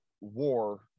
war